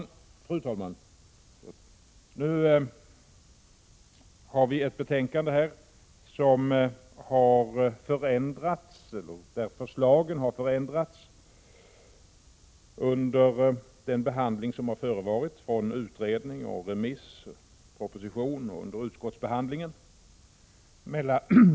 Vi behandlar nu ett betänkande där förslagen förändrats under den behandling som förevarit från utredning, remiss och till proposition samt under utskottsbehandlingen.